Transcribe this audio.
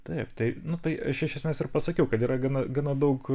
taip tai nu tai aš iš esmės ir pasakiau kad yra gana gana daug